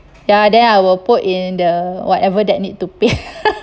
ya then I will put in the whatever that need to pay